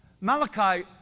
Malachi